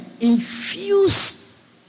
infuse